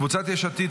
קבוצת יש עתיד,